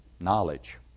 knowledge